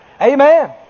Amen